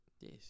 Yes